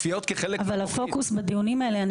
אבל הפוקוס בדיונים האלה,